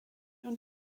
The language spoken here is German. und